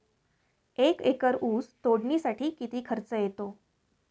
एक एकर ऊस तोडणीसाठी किती खर्च येतो?